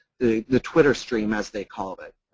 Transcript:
the twitter stream as they call it.